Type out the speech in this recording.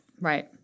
right